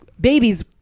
babies